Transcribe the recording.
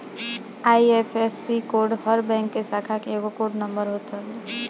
IFSC code हर bank के शाखा के एगो कोड नंबर होत हवे